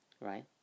Right